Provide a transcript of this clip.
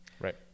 Right